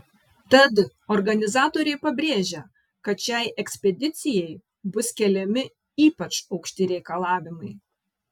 tad organizatoriai pabrėžia kad šiai ekspedicijai bus keliami ypač aukšti reikalavimai